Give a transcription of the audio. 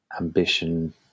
ambition